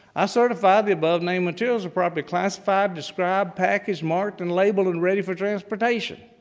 i certify the above named materials are probably classified, described, packaged, marked, and labeled, and ready for transportation.